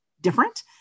different